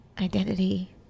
identity